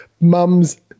mums